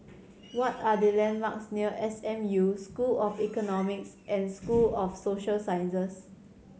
what are the landmarks near S M U School of Economics and School of Social Sciences